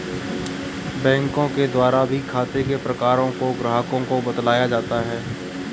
बैंकों के द्वारा भी खाते के प्रकारों को ग्राहकों को बतलाया जाता है